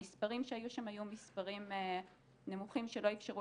המספרים שהיו שם היו מספרים נמוכים שלא אפשרו